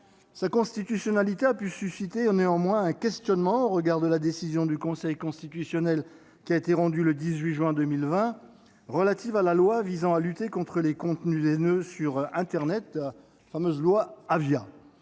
Sa constitutionnalité a néanmoins pu susciter un questionnement, au regard de la décision du Conseil constitutionnel rendue le 18 juin 2020 et relative à la loi visant à lutter contre les contenus haineux sur internet, dite loi Avia.